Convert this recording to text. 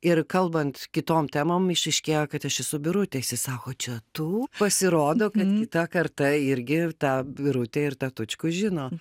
ir kalbant kitom temom išryškėjo kad aš esu birutė jisai sako čia tu pasirodo kad kita karta irgi tą birutę ir tą tučkų žino